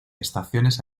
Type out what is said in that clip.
estaciones